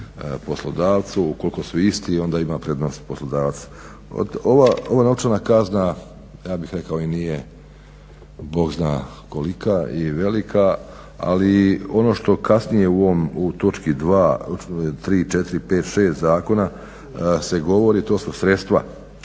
poslodavcu, ukoliko su isti onda ima prednost poslodavac. Ova novčana kazna, ja bih rekao i nije Bog zna kolika i velika, ali ono što kasnije u točki 2., 3., 4., 5., 6. zakona se govori, to su sredstva.